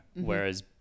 whereas